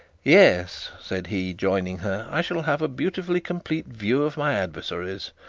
yes, said he, joining her. i shall have a beautifully complete view of my adversaries.